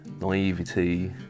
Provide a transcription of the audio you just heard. naivety